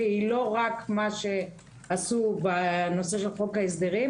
היא לא רק מה שעשו בנושא של חוק ההסדרים,